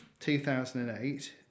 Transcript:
2008